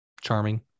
charming